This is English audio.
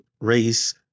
race